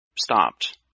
stopped